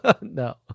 No